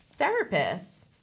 therapists